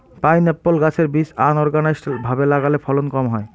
pineapple গাছের বীজ unorganised ভাবে লাগালে ফলন কম হয়